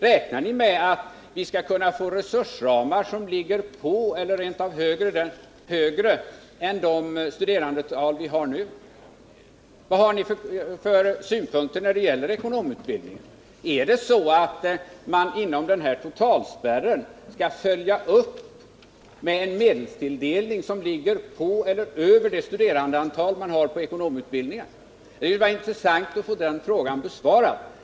Räknar ni med att vi skall kunna få resursramar som ligger på eller rent av över det studerandeantal vi har nu? Vad har ni för synpunkter när det gäller ekonomutbildningen? Är det så att totalspärren skall följas upp med en medelstilldelning som ligger på eller över studerandeantalet för ekonomutbildningen? Det vore intressant att få den frågan besvarad.